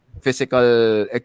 physical